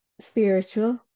spiritual